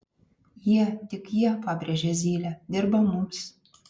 jie tik jie pabrėžė zylė dirba mums